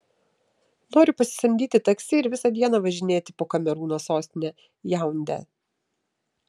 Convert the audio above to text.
noriu pasisamdyti taksi ir visą dieną važinėti po kamerūno sostinę jaundę